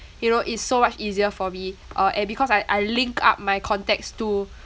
you know it's so much easier for me uh and because I I link up my contacts to